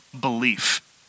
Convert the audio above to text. belief